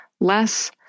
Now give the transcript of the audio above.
less